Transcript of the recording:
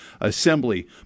Assembly